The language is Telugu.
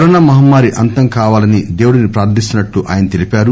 కరోనా మహమ్మారి అంతం కావాలని దేవుడిని ప్రార్గిస్తున్నట్లు తెలిపారు